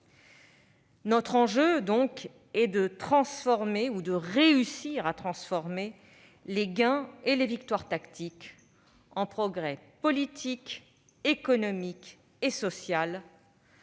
Notre enjeu est donc de réussir à transformer les gains et les victoires tactiques en progrès politiques, économiques et sociaux,